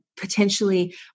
potentially